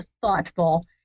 thoughtful